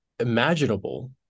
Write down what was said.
imaginable